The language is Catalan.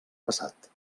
passat